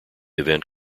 event